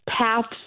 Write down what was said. paths